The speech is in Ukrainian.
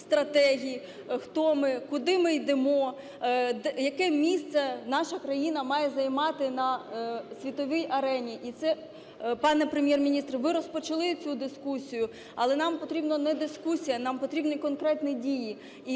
стратегій: хто ми, куди ми йдемо, яке місце наша країна має займати на світовій арені. І це, пане Прем'єр-міністр, ви розпочали цю дискусію. Але нам потрібна не дискусія, нам потрібні конкретні дії.